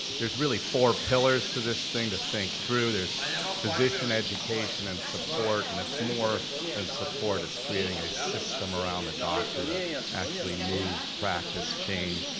there's really four pillars to this thing to think through. there's physician education and support and it's more than support, it's creating a system around the doctor to actually move practice change,